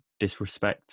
disrespects